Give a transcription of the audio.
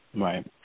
Right